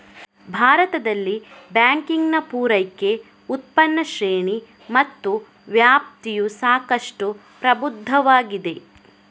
ಭಾರತದಲ್ಲಿ ಬ್ಯಾಂಕಿಂಗಿನ ಪೂರೈಕೆ, ಉತ್ಪನ್ನ ಶ್ರೇಣಿ ಮತ್ತು ವ್ಯಾಪ್ತಿಯು ಸಾಕಷ್ಟು ಪ್ರಬುದ್ಧವಾಗಿದೆ